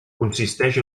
consisteix